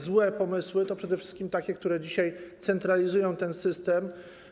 Złe pomysły to przede wszystkim takie, które dzisiaj centralizują ten system.